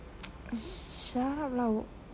shh~ shut up lah 我